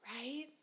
Right